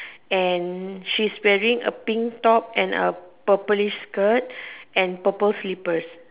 and she's wearing a pink top and a purple skirt and purple slippers